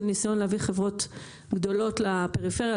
של ניסיון להביא חברות גדולות לפריפריה,